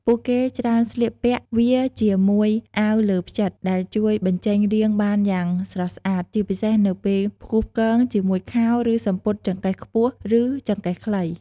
ពួកគេច្រើនស្លៀកវាជាមួយអាវលើផ្ចិត ដែលជួយបញ្ចេញរាងបានយ៉ាងស្រស់ស្អាត ជាពិសេសនៅពេលផ្គូផ្គងជាមួយខោ និងសំពត់ចង្កេះខ្ពស់ ឬចង្កេះខ្លី។